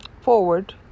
forward